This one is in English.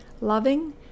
Loving